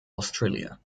australia